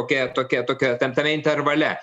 tokia tokia tokia ten tame intervale